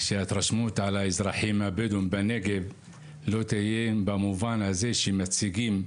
שההתרשמות על האזרחים הבדואים בנגב לא תהיה במובן הזה שמציגים,